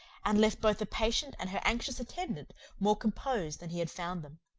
and left both the patient and her anxious attendant more composed than he had found them.